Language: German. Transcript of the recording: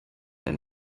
den